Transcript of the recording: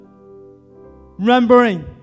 remembering